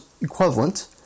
equivalent